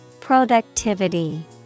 Productivity